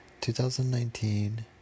2019